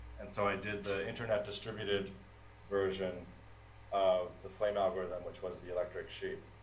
and so i did the internet-distributed version of the flame algorithm, which was the electric sheep.